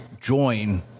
join